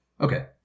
Okay